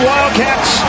Wildcats